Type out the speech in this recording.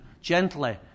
gently